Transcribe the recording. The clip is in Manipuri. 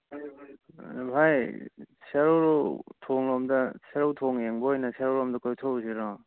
ꯚꯥꯏ ꯁꯦꯔꯧ ꯊꯣꯡꯂꯣꯝꯗ ꯁꯦꯔꯧ ꯊꯣꯡ ꯌꯦꯡꯕ ꯑꯣꯏꯅ ꯁꯦꯔꯧꯔꯣꯝꯗ ꯀꯣꯏꯊꯣꯛꯎꯁꯤꯔꯣ